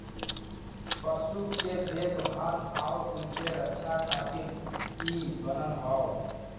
पशु के देखभाल आउर उनके रक्षा खातिर इ बनल हौ